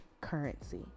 currency